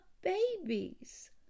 babies